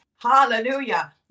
Hallelujah